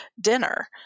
dinner